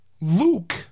Luke